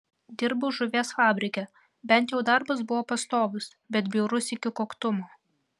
dirbau žuvies fabrike bent jau darbas buvo pastovus bet bjaurus iki koktumo